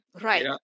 Right